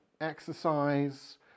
exercise